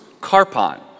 carpon